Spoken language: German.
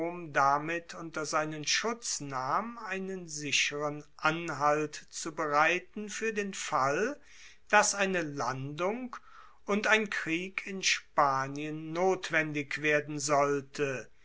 damit unter seinen schutz nahm einen sicheren anhalt zu bereiten fuer den fall dass eine landung und ein krieg in spanien notwendig werden sollte